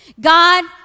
God